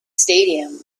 stadium